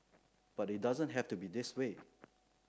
but it doesn't have to be this way